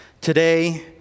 today